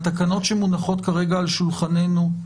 התקנות שמונחות כרגע על שולחננו,